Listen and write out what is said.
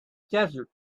desert